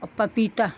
और पपीता